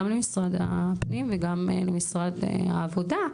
גם למשרד הפנים וגם למשרד העבודה.